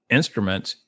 instruments